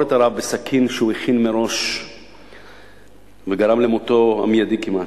את הרב בסכין שהוא הכין מראש וגרם למותו המיידי כמעט.